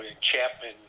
Chapman